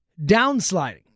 downsliding